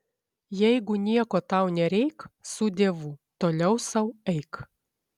jeigu nieko tau nereik su dievu toliau sau eik